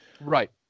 Right